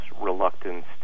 reluctance